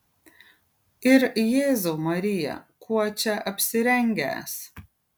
ir jėzau marija kuo čia apsirengęs